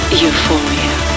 Euphoria